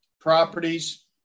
properties